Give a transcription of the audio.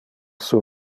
sur